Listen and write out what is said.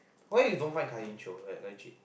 why you don't find Kai-Lin chio like legit